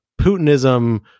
Putinism